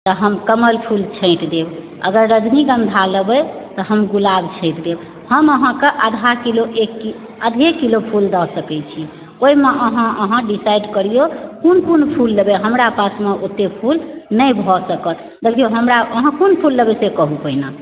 तऽ हम कमल फुल छाॅंटि देब अगर रजनीगन्धा लेबै तऽ हम गुलाब देब हम अहाँकेॅं आधा किलो एक किलो फूल दऽ सकै छी ओहिमे अहाँ डिसाइड करिऔ कोन कोन फूल लेबै हमरा पासमे ओते फूल नहि भऽ सकत देखिऔ हमरा अहाँ कोन फूल लेबै से कहू पहिने